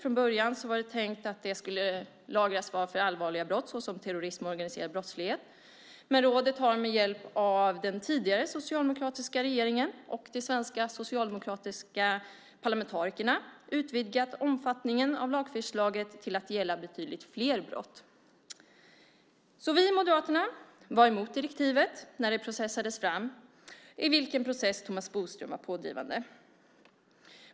Från början var det tänkt att data skulle lagras vid allvarliga brott såsom terrorism och organiserad brottslighet, men rådet har med hjälp av den tidigare socialdemokratiska regeringen och de svenska socialdemokratiska parlamentarikerna utvidgat omfattningen av lagförslaget till att gälla betydligt fler brott. Vi moderater var därför emot direktivet när det processades fram. I den processen var Thomas Bodström pådrivande.